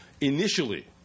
initially